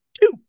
Two